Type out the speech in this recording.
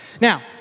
Now